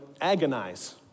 agonize